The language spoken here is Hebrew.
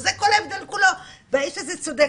זה כל ההבדל כולו והאיש הזה צודק.